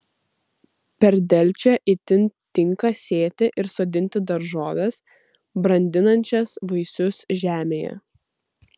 per delčią itin tinka sėti ir sodinti daržoves brandinančias vaisius žemėje